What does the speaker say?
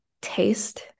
taste